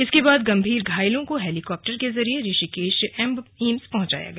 इसके बाद गंभीर घायलों को हेलीकॉप्टर के जरिए ऋषिकेश एम्स पहुंचाया गया